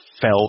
fell